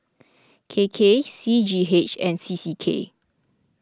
K K C G H and C C K